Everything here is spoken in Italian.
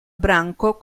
branco